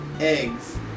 eggs